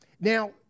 Now